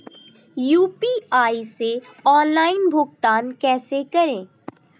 UPI से online भुगतान कैसे करें?